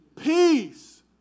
Peace